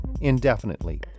indefinitely